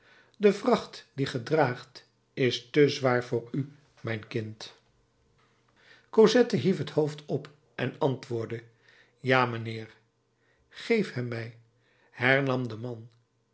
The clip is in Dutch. de vracht die ge draagt is te zwaar voor u mijn kind cosette hief het hoofd op en antwoordde ja mijnheer geef hem mij hernam de man